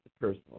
personal